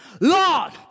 Lord